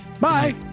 Bye